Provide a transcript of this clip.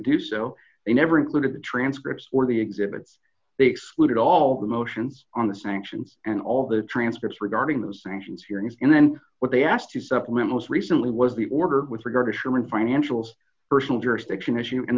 do so they never included the transcripts or the exhibits they excluded all the motions on the sanctions and all the transcripts regarding the sanctions hearing and then what they asked to supplement most recently was the order with regard to sherman financials personal jurisdiction issue and